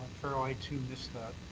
farrell. i too missed that.